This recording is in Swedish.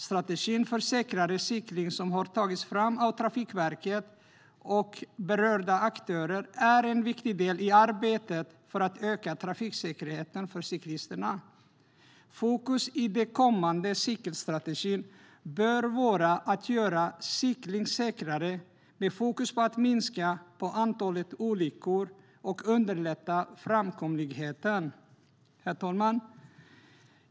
Strategin för säkrare cykling som har tagits fram av Trafikverket och berörda aktörer är en viktig del i arbetet för att öka trafiksäkerheten för cyklisterna. Fokus i den kommande cykelstrategin bör vara att göra cykling säkrare med fokus på att minska på antalet olyckor och underlätta framkomligheten. Herr talman!